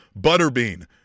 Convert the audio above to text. Butterbean